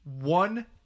One